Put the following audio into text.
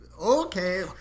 okay